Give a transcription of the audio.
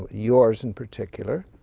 your's in particular,